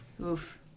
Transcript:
Oof